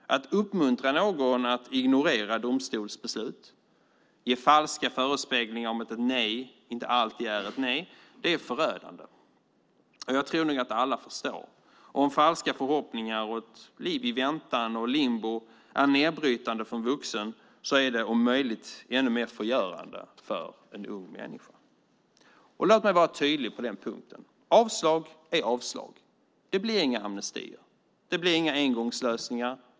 Att uppmuntra någon att ignorera domstolsbeslut och ge falska förespeglingar om att ett nej inte alltid är ett nej är förödande. Jag tror nog att alla förstår att om falska förhoppningar och ett liv i väntan och limbo är nedbrytande för en vuxen är det om möjligt ännu mer förgörande för en ung människa. Låt mig vara tydlig på den punkten. Avslag är avslag. Det blir inga amnestier. Det blir inga engångslösningar.